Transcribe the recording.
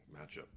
matchup